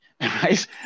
Right